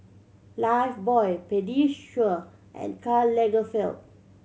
Lifebuoy Pediasure and Karl Lagerfeld